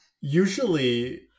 usually